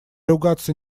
ругаться